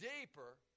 deeper